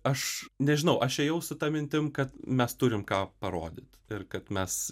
aš nežinau aš ėjau su ta mintim kad mes turim ką parodyt ir kad mes